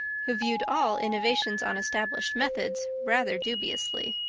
who viewed all innovations on established methods rather dubiously.